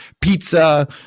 pizza